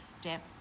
step